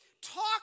Talk